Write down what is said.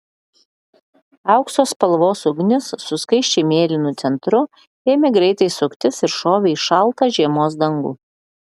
aukso spalvos ugnis su skaisčiai mėlynu centru ėmė greitai suktis ir šovė į šaltą žiemos dangų